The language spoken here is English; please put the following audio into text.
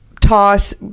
toss